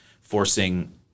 forcing